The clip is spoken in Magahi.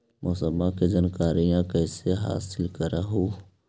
मौसमा के जनकरिया कैसे हासिल कर हू?